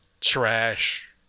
trash